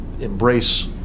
embrace